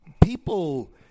people